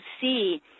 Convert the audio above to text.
see